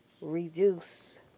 Reduce